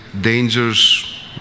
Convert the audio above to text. dangers